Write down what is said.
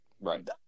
right